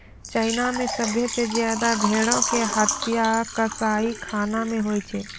China मे सभ्भे से ज्यादा भेड़ो के हत्या कसाईखाना मे होय छै